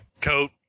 coat